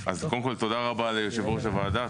אז קודם כול, תודה רבה ליושב-ראש הוועדה.